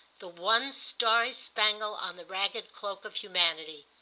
the one starry spangle on the ragged cloak of humanity.